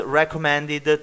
recommended